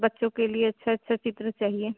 बच्चों के लिए अच्छा अच्छा चित्र चाहिए